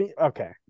Okay